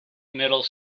middle